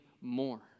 more